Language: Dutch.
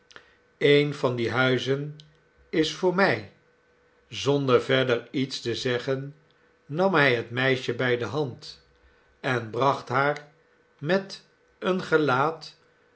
een van die huizen is voor mij zonder verder iets te zeggen nam hij het meisje bij de hand en bracht haar met een gelaat